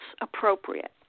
appropriate